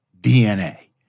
DNA